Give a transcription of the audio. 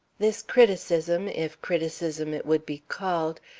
this criticism, if criticism it would be called,